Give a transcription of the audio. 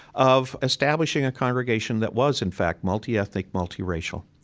of establishing a congregation that was, in fact, multiethnic, multiracial.